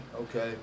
Okay